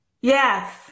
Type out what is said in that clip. yes